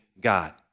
God